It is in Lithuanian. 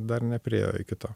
dar nepriėjo iki to